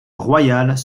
royales